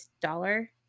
dollar